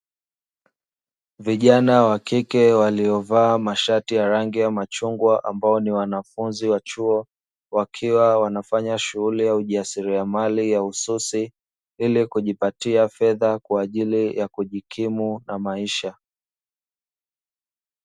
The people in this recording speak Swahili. Vijana wa kike waliovaa mashati ya rangi ya machungwa ambao ni wanafunzi wa chuo wakiwa wanafanya shughuli ya ujasiriamali ya ususi ili kujipatia fedha kwa ajili ya kujikimu na maisha.